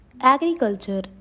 agriculture